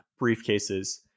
briefcases